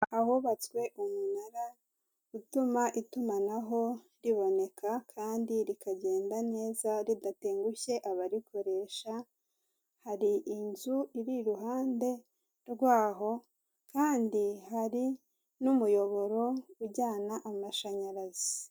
Ahubatswe umunara utuma itumanaho riboneka kandi rikagenda neza ridatengushye abarikoresha; hari inzu iri iruhande rwaho, kandi hari n'umuyoboro ujyana amashanyarazi.